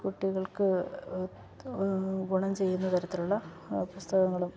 കുട്ടികൾക്ക് ഗുണം ചെയ്യുന്ന തരത്തിലുള്ള പുസ്തകങ്ങളും